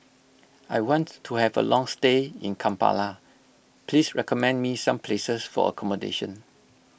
I want to have a long stay in Kampala please recommend me some places for accommodation